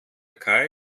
kai